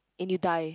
and you die